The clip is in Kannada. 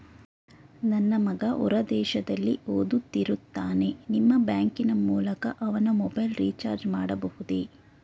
ನನ್ನ ಮಗ ಹೊರ ದೇಶದಲ್ಲಿ ಓದುತ್ತಿರುತ್ತಾನೆ ನಿಮ್ಮ ಬ್ಯಾಂಕಿನ ಮೂಲಕ ಅವನ ಮೊಬೈಲ್ ರಿಚಾರ್ಜ್ ಮಾಡಬಹುದೇ?